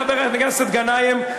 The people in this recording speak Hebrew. חבר הכנסת גנאים,